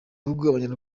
bihugu